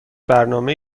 برنامه